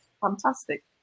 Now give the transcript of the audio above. Fantastic